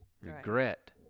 regret